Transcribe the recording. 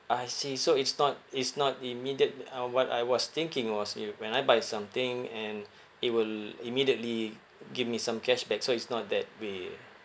I see so it's not it's not immediate uh what I was thinking was you when I buy something and it will immediately give me some cashback so it's not that way eh